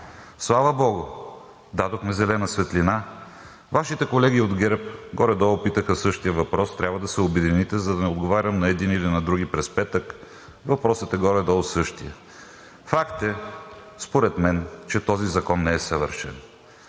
Слава богу, дадохме зелена светлина. Вашите колеги от ГЕРБ горе-долу питаха същия въпрос. Трябва да се обедините, за да не отговарям на едни или на други през петък. Въпросът е горе-долу същият. Факт е според мен, че този закон не е съвършен.